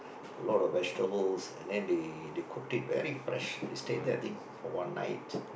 a lot of vegetables and then they they cooked it very fresh we stayed there I think for one night